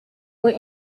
were